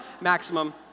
maximum